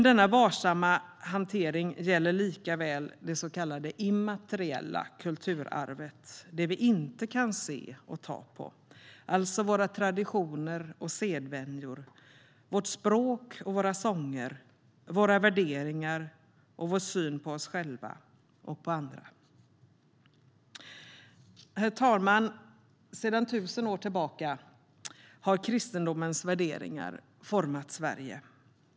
Denna varsamma hantering gäller likaväl det så kallade immateriella kulturarvet - det vi inte kan se och ta på, alltså våra traditioner och sedvänjor, vårt språk och våra sånger, våra värderingar och vår syn på oss själva och andra. Herr talman! Sedan 1 000 år tillbaka har kristendomens värderingar format Sverige.